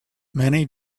many